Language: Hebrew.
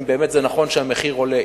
האם באמת זה נכון שהמחיר עולה,